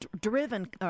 driven